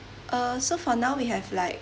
uh so for now we have like